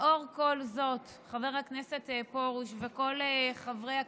לאור כל זאת, חבר הכנסת פרוש וכל חברי הכנסת,